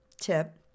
tip